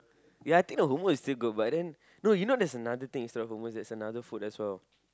ya I think the hummus is still good but then no you know there is another thing instead of hummus there's another food as well